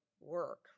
work